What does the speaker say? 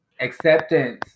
acceptance